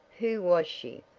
who was she?